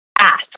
Ask